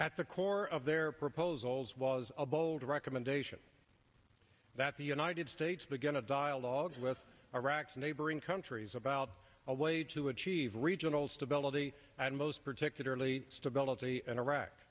at the core of their proposals was a bold recommendation that the united states begin a dialogue with iraq's neighboring countries about a way to achieve regional stability and most particularly stability in iraq